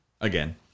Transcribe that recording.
Again